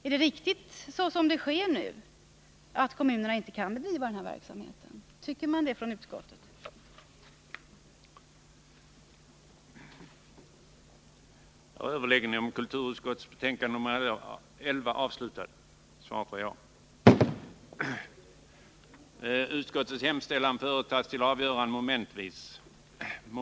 Är det riktigt såsom nu sker att kommunerna inte kan bedriva denna verksamhet? Tycker utskottet det?